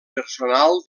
personal